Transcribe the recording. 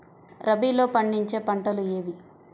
రబీలో పండించే పంటలు ఏవి?